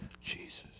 Jesus